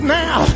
now